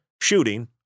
shooting